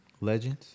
Legends